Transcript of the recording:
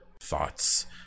thoughts